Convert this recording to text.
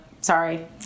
Sorry